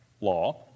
law